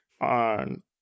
on